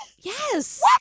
Yes